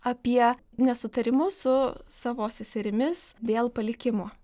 apie nesutarimus su savo seserimis dėl palikimo